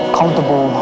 comfortable